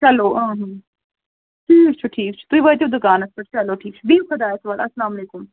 چلو ٹھیٖک چھُ ٹھیٖک چھُ تُہۍ وٲتِو دُکانَس پیٚٹھ چلو ٹھیٖک چھُ بِہِو خۅدایَس حوال السلام علیکُم